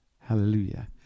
hallelujah